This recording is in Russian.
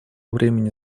времени